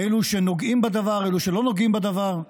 אלו שנוגעים בדבר, אלו שלא נוגעים בדבר.